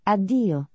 Addio